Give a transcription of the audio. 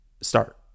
Start